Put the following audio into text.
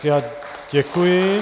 Já děkuji.